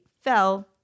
fell